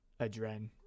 Adren